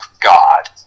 God